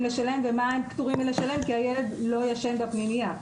לשלם ומה הם פטורים לשלם כי הילד לא ישן בפנימייה.